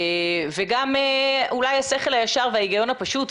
וגם אולי השכל הישר וההיגיון הפשוט,